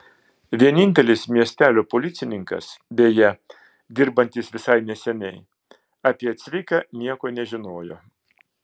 vienintelis miestelio policininkas beje dirbantis visai neseniai apie cviką nieko nežinojo